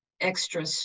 extra